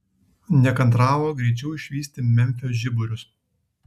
nekantravo greičiau išvysti memfio žiburius